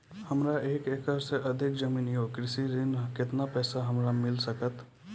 हमरा एक एकरऽ सऽ अधिक जमीन या कृषि ऋण केतना पैसा हमरा मिल सकत?